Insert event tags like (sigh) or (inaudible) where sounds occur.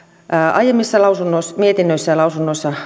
aiemmissa mietinnöissä ja lausunnoissa (unintelligible)